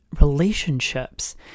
relationships